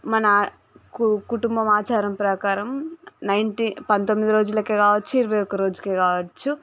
మన ఆ కుటుంబం ఆచారం ప్రకారం నైంటీన్ పంతొమ్మిది రోజుకు కావచ్చు ఇరవై ఒక రోజుకు కావచ్చు